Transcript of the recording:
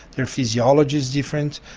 their physiology is different,